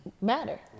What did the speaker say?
matter